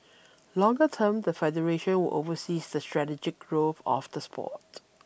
longer term the federation will oversee the strategic growth of the sport